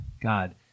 God